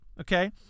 okay